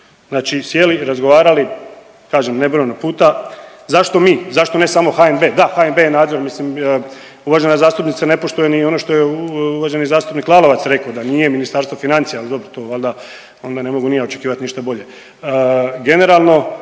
znači sjeli, razgovarali kažem nebrojeno puta. Zašto mi, zašto ne samo HNB? Da, HNB je nadzor mislim uvažena zastupnica ne poštuje ni ono što je uvaženi zastupnik Lalovac rekao da nije Ministarstvo financija, ali dobro to valjda onda ne mogu ni ja očekivat ništa bolje.